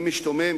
אני משתומם,